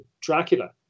Dracula